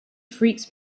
freaks